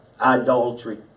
idolatry